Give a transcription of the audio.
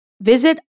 Visit